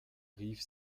rief